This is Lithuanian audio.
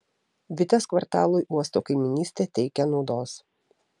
vitės kvartalui uosto kaimynystė teikia naudos